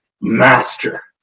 master